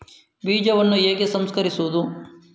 ಬೀಜವನ್ನು ಹೇಗೆ ಸಂಸ್ಕರಿಸುವುದು?